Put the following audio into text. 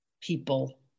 people